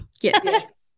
Yes